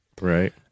Right